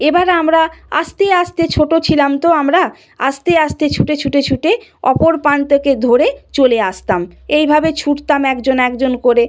এ বার আমরা আস্তে আস্তে ছোট ছিলাম তো আমরা আস্তে আস্তে ছুটে ছুটে ছুটে অপর প্রান্তকে ধরে চলে আসতাম এই ভাবে ছুটতাম একজন একজন করে